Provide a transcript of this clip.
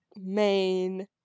main